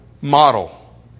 model